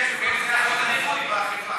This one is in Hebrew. אדוני היושב-ראש, הם חושבים חיובי.